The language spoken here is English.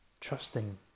trusting